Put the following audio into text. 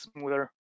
smoother